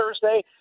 Thursday